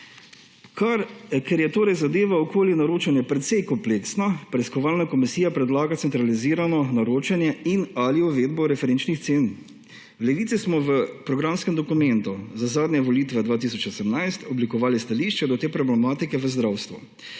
Ker je torej zadeva okoli naročanja precej kompleksna, preiskovalna predlaga centralizirano naročanje in ali uvedbo referenčnih cen. V Levici smo v programskem dokumentu za zadnje volitve 2018 oblikovali stališče do te problematike v zdravstvu,